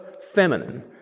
feminine